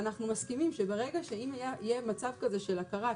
אנחנו מסכימים שברגע שאם יהיה מצב כזה של הכרה,